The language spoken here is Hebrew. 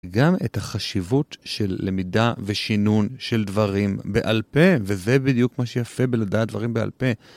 גם את החשיבות של למידה ושינון של דברים בעל פה, וזה בדיוק מה שיפה בלדעת דברים בעל פה.